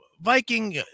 Viking